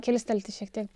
kilstelti šiek tiek